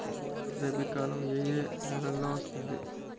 రబీ కాలం ఏ ఏ నెలలో వస్తుంది?